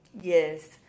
Yes